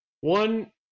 One